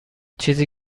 چیزی